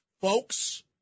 Folks